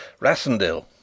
Rassendil